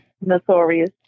Notorious